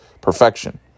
perfection